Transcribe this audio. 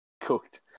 cooked